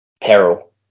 Peril